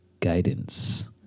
Guidance